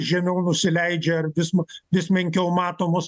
žemiau nusileidžia ar vis ma vis menkiau matomos